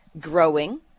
growing